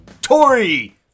Tory